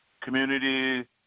community